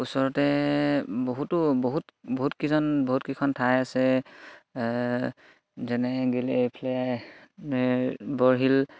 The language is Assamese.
ওচৰতে বহুতো বহুত বহুত কেইজন বহুত কেইখন ঠাই আছে যেনে গেলে এইফালে বৰশীল